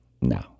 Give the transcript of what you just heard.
no